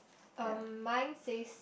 um mine says